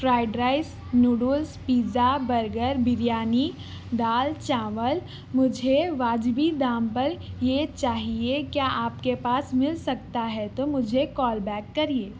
fried rice noodles pizza burger biryani دال چاول مجھے واجبی دام پر یہ چاہیے کیا آپ کے پاس مل سکتا ہے تو مجھے کال بیک کریئے